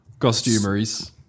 costumeries